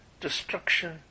destruction